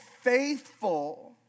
faithful